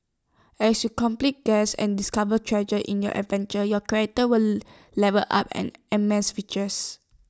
as you complete quests and discover treasures in your adventure your character will level up and amass riches